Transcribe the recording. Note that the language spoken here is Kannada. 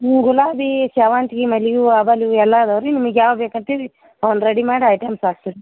ಹ್ಞೂ ಗುಲಾಬೀ ಸೇವಂತಿಗೆ ಮಲ್ಲಿಗೆ ಹೂವು ಆಬಾಲಿ ಹೂವು ಎಲ್ಲ ಅದಾವ ರೀ ನಿಮಗ್ ಯಾವು ಬೇಕಂತೇಳಿ ಅವುನ್ನ ರೆಡಿ ಮಾಡಿ ಐಟಮ್ಸ್ ಹಾಕ್ತೆವು ರೀ